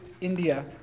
India